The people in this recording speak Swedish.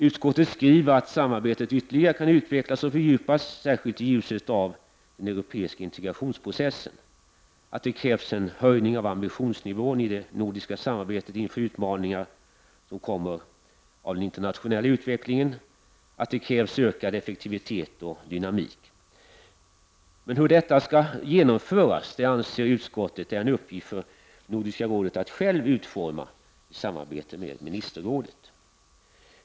Utskottet skriver att samarbetet ytterligare kan utvecklas och fördjupas — särskilt i ljuset av den europeiska integrationsprocessen — att det krävs en höjning av ambitionsnivån i det nordiska samarbetet inför utmaningar som kommer av den internationella utvecklingen och att det krävs ökad effektivitet och dynamik. Hur detta skall genomföras anser utskottet är en uppgift för Nordiska rådet att själv utforma i samarbete med ministerrådet.